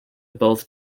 both